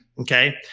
Okay